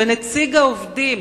ונציג העובדים,